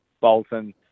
Bolton